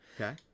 Okay